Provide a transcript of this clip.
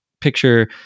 picture